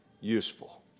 useful